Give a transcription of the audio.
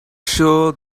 show